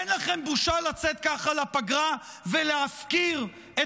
אין לכם בושה לצאת ככה לפגרה ולהפקיר את